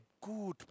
good